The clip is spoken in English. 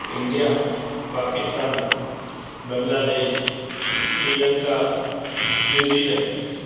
India Pakistan Bangladesh Sri Lanka New Zealand